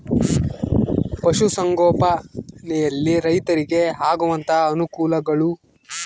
ಪಶುಸಂಗೋಪನೆಯಲ್ಲಿ ರೈತರಿಗೆ ಆಗುವಂತಹ ಅನುಕೂಲಗಳು?